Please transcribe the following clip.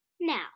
Now